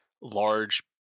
large